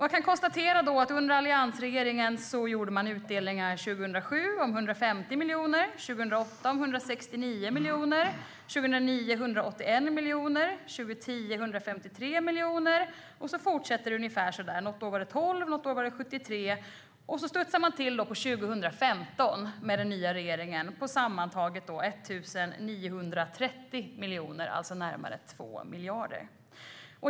Jag kan konstatera att under alliansregeringen gjorde man utdelningar om 150 miljoner 2007, 169 miljoner 2008, 181 miljoner 2009, 153 miljoner 2010, och ungefär så fortsatte det. Något år var det 12 miljoner och något år var det 73 miljoner. Man studsar sedan till på 2015 då den nya regeringen sammantaget gör en utdelning om 1 930 miljoner, alltså närmare 2 miljarder.